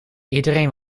iedereen